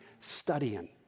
studying